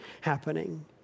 happening